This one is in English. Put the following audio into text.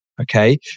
okay